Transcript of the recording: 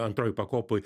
antroj pakopoj